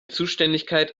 zuständigkeit